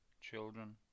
children